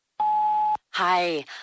Hi